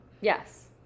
Yes